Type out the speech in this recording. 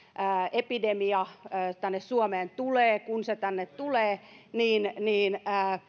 epidemia tänne suomeen tulee kun se tänne tulee niin niin